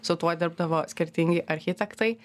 su tuo dirbdavo skirtingi architektai